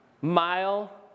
mile